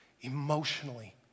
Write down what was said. emotionally